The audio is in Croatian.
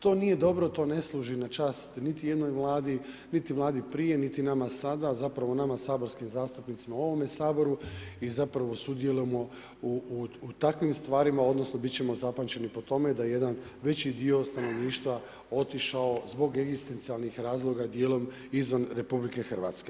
To nije dobro, to ne služi na čast niti jednoj Vladi niti Vladi prije niti nama sada, a zapravo nama saborskim zastupnicima u ovome Saboru i zapravo sudjelujemo u takvim stvarima odnosno bit ćemo zapamćeni po tome da jedan veći dio stanovništva otišao zbog egzistencijalnih razloga dijelom izvan RH.